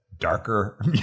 darker